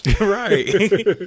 Right